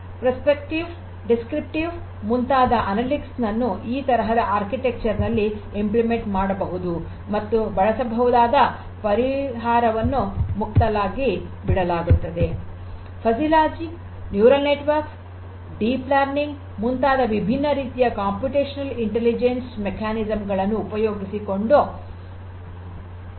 ಮುನ್ಸೂಚಕ ಪ್ರೇಸ್ಕ್ರಿಪ್ಟಿವ್ ವಿವರಣಾತ್ಮಕ ಮುಂತಾದ ಅನಲಿಟಿಕ್ಸ್ ನನ್ನು ಈ ತರಹದ ವಾಸ್ತುಶಿಲ್ಪಗಳಲ್ಲಿ ಅನುಷ್ಠಾನ ಮಾಡಬಹುದು ಮತ್ತು ಬಳಸಬಹುದಾದ ಪರಿಹಾರವನ್ನು ಮುಕ್ತವಾಗಿ ಬಿಡಲಾಗುತ್ತದೆ fuzzy logic neural network deep learning ಮುಂತಾದ ವಿಭಿನ್ನ ರೀತಿಯ ಕಂಪ್ಯೂಟೇಷನಲ್ ಇಂಟಲಿಜೆನ್ಸ್ ಕಾರ್ಯವಿಧಾನಗಳನ್ನು ಉಪಯೋಗಿಸಬಹುದು